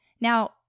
Now